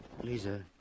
Lisa